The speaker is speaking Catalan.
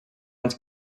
els